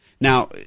Now